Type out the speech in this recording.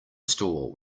store